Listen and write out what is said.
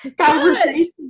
Conversation